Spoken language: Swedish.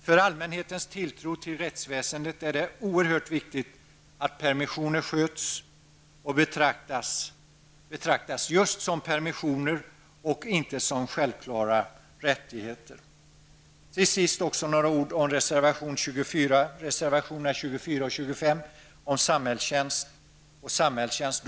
För allmänhetens tilltro till rättsväsendet är det oerhört viktigt att permissioner sköts och betraktas som just permissioner och inte som självklara rättigheter. Till sist också några ord om reservationerna 24 och 25 om samhällstjänst i hela landet.